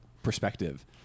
perspective